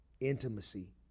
Intimacy